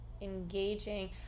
engaging